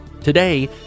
Today